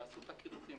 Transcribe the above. שעשו את הקידוחים,